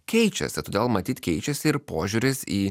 keičiasi todėl matyt keičiasi ir požiūris į